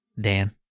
Dan